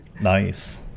Nice